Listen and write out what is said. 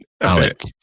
Alec